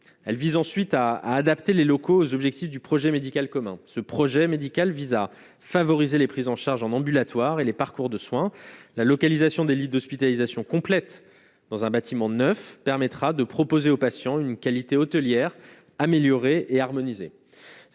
elle vise ensuite à adapter les locaux objectif du projet médical commun ce projet médical vise à favoriser les prises en charge en ambulatoire et les parcours de soins, la localisation des lits d'hospitalisation complète dans un bâtiment 9 permettra de proposer aux patients une qualité hôtelière améliorée et harmonisée